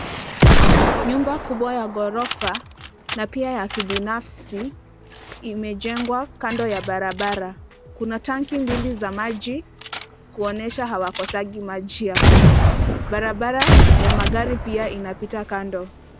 Nyumba kubwa ya ghorofa na pia ya kibinafsi imejengwa kando ya barabara. Kuna tanki mbili ya maji kuonyesha hawakosangi maji ya kukunywa. Barabara ya magari pia inapita kando.